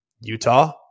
Utah